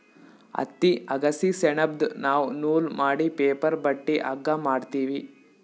ಹತ್ತಿ ಅಗಸಿ ಸೆಣಬ್ದು ನಾವ್ ನೂಲ್ ಮಾಡಿ ಪೇಪರ್ ಬಟ್ಟಿ ಹಗ್ಗಾ ಮಾಡ್ತೀವಿ